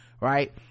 right